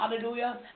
Hallelujah